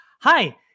hi